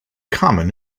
common